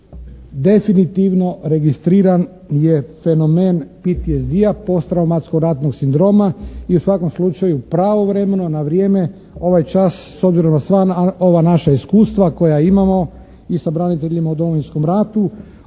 definitivno registriran je fenomen PTSD-a, posttraumatsko ratnog sindroma i u svakom slučaju pravovremeno, navrijeme ovaj čas s obzirom na sva ova naša iskustva koja imamo i sa braniteljima u Domovinskom ratu